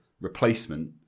replacement